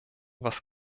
was